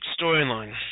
storyline